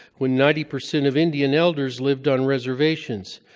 when ninety percent of indian elders lived on reservations.